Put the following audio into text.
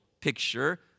picture